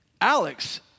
Alex